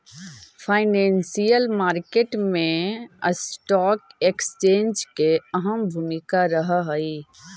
financial market मैं stock exchange के अहम भूमिका रहऽ हइ